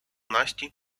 насті